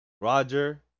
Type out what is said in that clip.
Roger